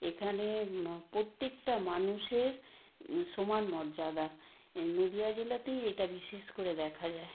এখানে প্রত্যেকটা মানুষের সমান মর্যাদা নদীয়া জেলাতেই এটা বিশেষ করে দেখা যায়